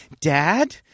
Dad